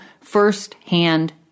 first-hand